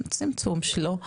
צמצום שלו,